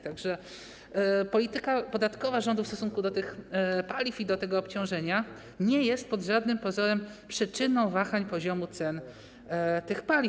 Tak że polityka podatkowa rządu w stosunku do tych paliw i do tego obciążenia nie jest pod żadnym pozorem przyczyną wahań poziomu cen tych paliw.